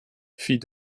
fit